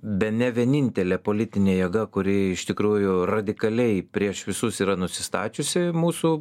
bene vienintelė politinė jėga kuri iš tikrųjų radikaliai prieš visus yra nusistačiusi mūsų